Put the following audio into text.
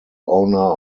owner